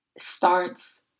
starts